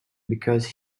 because